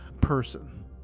person